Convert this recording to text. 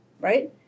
right